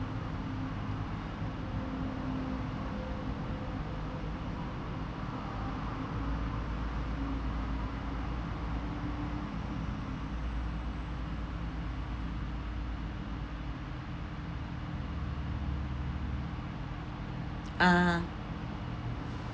uh